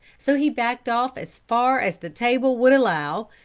so he backed off as far as the table would allow,